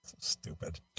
Stupid